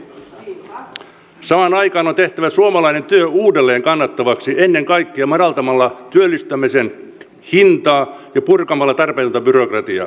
samaan aikaan on tehtävä suomalainen työ uudelleen kannattavaksi ennen kaikkea madaltamalla työllistämisen hintaa ja purkamalla tarpeetonta byrokratiaa